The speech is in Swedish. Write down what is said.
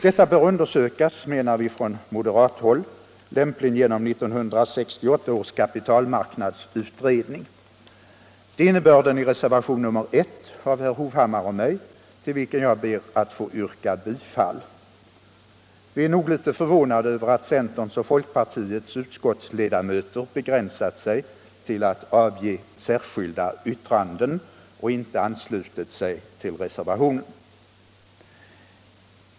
Detta bör undersökas, menar vi från moderat håll, lämpligen genom 1968 års kapitalmarknadsutredning. Det är innebörden i reservationen 1 av herr Hovhammar och mig, till vilken jag ber att få yrka bifall. Vi är nog litet förvånade över att centerns och folkpartiets utskottsledamöter begränsat sig till att avge särskilda yttranden och inte anslutit sig till reservationen.